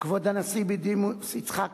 כבוד הנשיא בדימוס יצחק כהן,